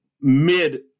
mid